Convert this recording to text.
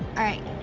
all right.